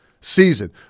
season